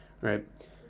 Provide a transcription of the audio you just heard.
right